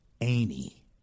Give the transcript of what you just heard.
Annie